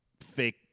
fake